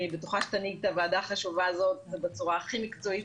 בטוחה שתנהיג את הוועדה החשובה הזאת בצורה הכי מקצועית,